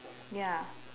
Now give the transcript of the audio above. ya